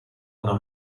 una